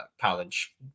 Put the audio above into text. college